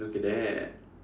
look at that